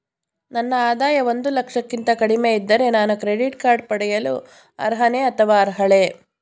ನನ್ನ ಆದಾಯ ಒಂದು ಲಕ್ಷಕ್ಕಿಂತ ಕಡಿಮೆ ಇದ್ದರೆ ನಾನು ಕ್ರೆಡಿಟ್ ಕಾರ್ಡ್ ಪಡೆಯಲು ಅರ್ಹನೇ ಅಥವಾ ಅರ್ಹಳೆ?